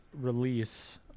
release